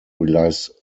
relies